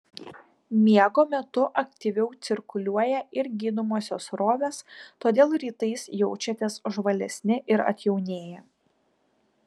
miego metu aktyviau cirkuliuoja ir gydomosios srovės todėl rytais jaučiatės žvalesni ir atjaunėję